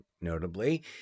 notably